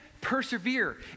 persevere